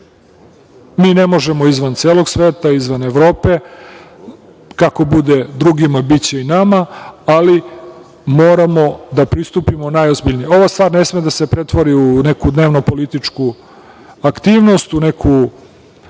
Mi ne možemo izvan celog sveta, izvan Evrope. Kako bude drugima biće i nama, ali moramo da pristupimo najozbiljnije. Ova stvar ne sme da se pretvori u neku dnevno političku aktivnost, u neku